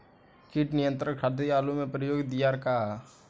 कीट नियंत्रण खातिर आलू में प्रयुक्त दियार का ह?